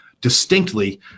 distinctly